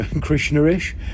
Krishna-ish